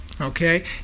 Okay